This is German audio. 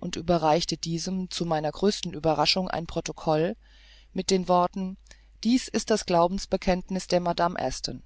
und überreichte diesem zu meiner größten überraschung ein protokoll mit den worten dies ist das glaubensbekenntniß der madame aston